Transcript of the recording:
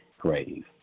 grave